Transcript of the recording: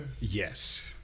Yes